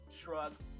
shrugs